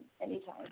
anytime